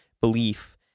belief